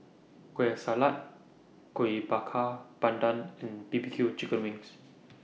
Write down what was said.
Kueh Salat Kuih Bakar Pandan and B B Q Chicken Wings